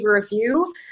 review